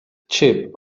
chip